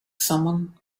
someone